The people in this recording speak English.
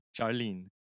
Charlene